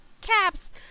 Caps